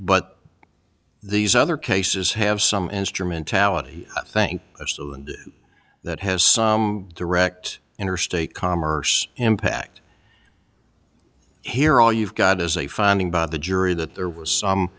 but these other cases have some instrumentality think that has some direct interstate commerce impact here all you've got is a finding by the jury that there was some